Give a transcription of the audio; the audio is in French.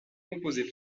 composée